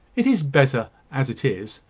it is better as it is.